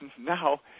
now